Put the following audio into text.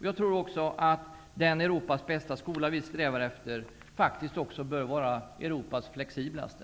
Jag tror att den Europas bästa skola som vi strävar efter faktiskt bör vara också Europas flexiblaste.